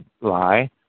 lie